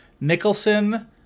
Nicholson